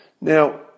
Now